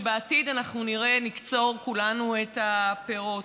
ובעתיד אנחנו נראה, נקצור כולנו את הפירות.